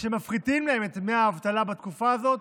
כשמפחיתים להם את דמי האבטלה בתקופה הזאת,